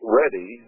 ready